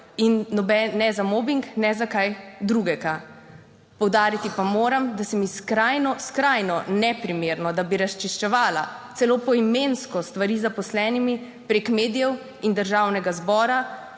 Avbarja ne za mobing ne za kaj drugega. Poudariti pa moram, da se mi skrajno, skrajno neprimerno, da bi razčiščevala celo poimensko stvari z zaposlenimi prek medijev in Državnega zbora,